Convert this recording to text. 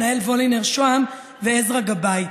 ענהאל וולינר-שוהם ועזרא גבאי.